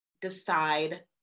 decide